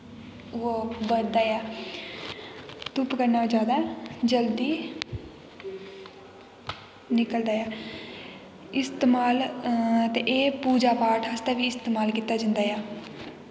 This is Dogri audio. ओह् बधदा ऐ धुप्प कन्नै जादै जल्दी निकलदा ऐ इस्तेमाल ते एह् पूजा पाठ आस्तै बी इस्तेमाल कीता जंदा ऐ